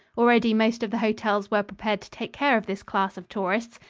already most of the hotels were prepared to take care of this class of tourists,